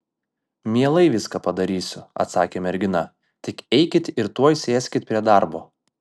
mielai viską padarysiu atsakė mergina tik eikit ir tuoj sėskit prie darbo